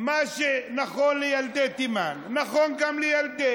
מה שנכון לילדי תימן נכון גם לילדי